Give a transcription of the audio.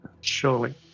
surely